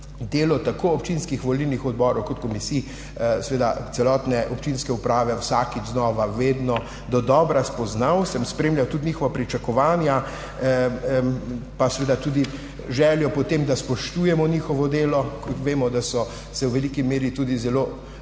delo tako občinskih volilnih odborov kot komisij, seveda celotne občinske uprave vsakič znova, vedno dodobra spoznal. Spremljal sem tudi njihova pričakovanja pa seveda željo po tem, da spoštujemo njihovo delo. Vemo, da so se v veliki meri tudi zelo